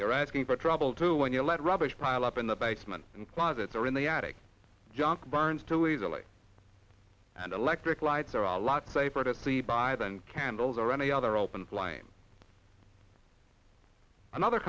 you're asking for trouble too when you let rubbish pile up in the basement in closets or in the attic junk burns too easily and electric lights are a lot safer to sleep by than candles or any other open flame another